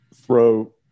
throw